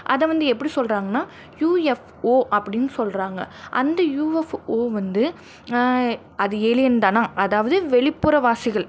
அதை வந்து எப்படி சொல்கிறாங்கன்னா யுஎஃப்ஓ அப்படின்னு சொல்கிறாங்க அந்த யுஎஃப்ஓ வந்து அது ஏலியன்தானா அதாவது வெளிப்புற வாசிகள்